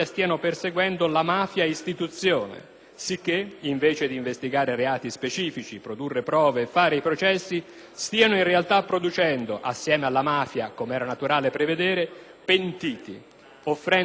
sicché invece di investigare reati specifici, produrre prove e fare i processi, stiano in realtà producendo (assieme alla mafia, com'era naturale prevedere) pentiti e offrendo esempi alla pubblica riprovazione.